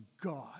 God